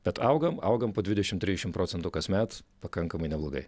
bet augam augam po dvidešimt trisdešimt procentų kasmet pakankamai neblogai